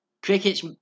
Cricket's